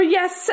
yes